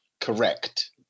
correct